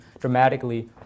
dramatically